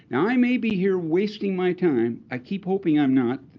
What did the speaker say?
and i may be here wasting my time. i keep hoping i'm not.